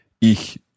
ich